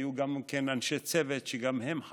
היו אנשי צוות שחלו גם הם,